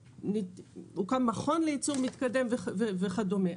הוקם מכון לייצור מתקדם וכדומה.